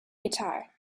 guitar